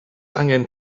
angen